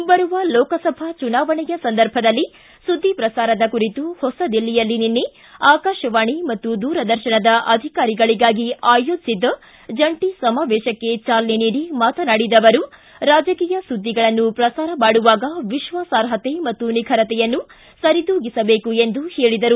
ಮುಂಬರುವ ಲೋಕಸಭಾ ಚುನಾವಣೆಯ ಸಂದರ್ಭದಲ್ಲಿ ಸುದ್ದಿ ಪ್ರಸಾರದ ಕುರಿತು ಹೊಸದಿಲ್ಲಿಯಲ್ಲಿ ನಿನ್ನೆ ಆಕಾಶವಾಣಿ ಮತ್ತು ದೂರದರ್ಶನದ ಅಧಿಕಾರಿಗಳಿಗಾಗಿ ಅಯೋಜಿಸಿದ್ದ ಜಂಟಿ ಸಮಾವೇಶಕ್ಕೆ ಚಾಲನೆ ನೀಡಿ ಮಾತನಾಡಿದ ಅವರು ರಾಜಕೀಯ ಸುದ್ದಿಗಳನ್ನು ಪ್ರಸಾರ ಮಾಡುವಾಗ ವಿಶ್ವಾಸಾರ್ಹತೆ ಮತ್ತು ನಿಖರತೆಯನ್ನು ಸರಿದೂಗಿಸಬೇಕು ಎಂದು ಹೇಳಿದರು